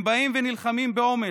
הם באים ונלחמים באומץ,